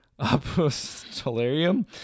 apostolarium